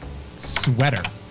Sweater